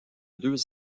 deux